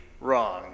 wrong